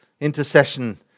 intercession